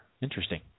Interesting